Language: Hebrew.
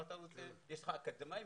יש לך אקדמאים,